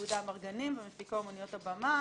איגוד האמרגנים ומפיקי אמנויות הבמה,